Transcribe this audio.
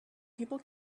people